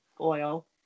oil